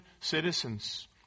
citizens